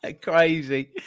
Crazy